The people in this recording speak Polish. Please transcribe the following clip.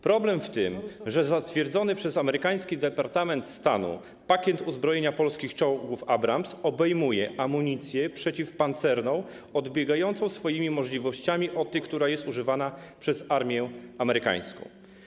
Problem w tym, że zatwierdzony przez amerykański Departament Stanu pakiet uzbrojenia polskich czołgów Abrams obejmuje amunicję przeciwpancerną odbiegającą swoimi możliwościami od tej, która jest używana przez armię amerykańską.